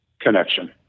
connection